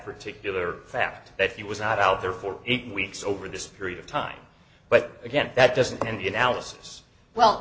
particular fact that he was out there for eight weeks over this period of time but again that doesn't